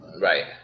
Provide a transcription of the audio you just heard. right